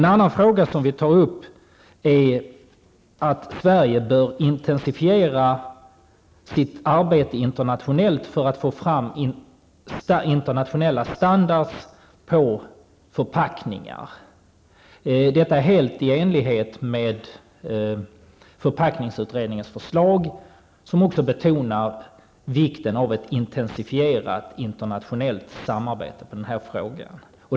En annan sak som vi tar upp är att Sverige bör intensifiera sitt arbete internationellt för att få fram internationell standard för förpackningar. Detta är helt i enlighet med förpackningsutredningens förslag, där man också betonar vikten av ett intensifierat internationellt samarbete i den här frågan.